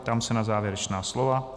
Ptám se na závěrečná slova.